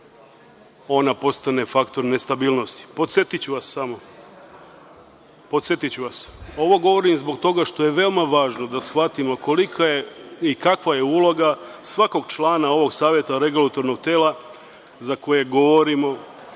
ona postane faktor nestabilnosti. Podsetiću vas samo, ovo govorim zbog toga što je veoma važno da shvatimo kolika je i kakva je uloga svakog člana ovog Saveta Regulatornog tela, za koje govorimo